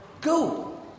go